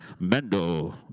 Mendo